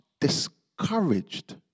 discouraged